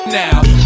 now